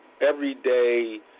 everyday